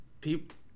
People